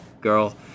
girl